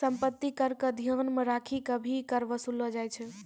सम्पत्ति कर क ध्यान मे रखी क भी कर वसूललो जाय छै